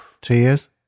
tears